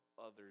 others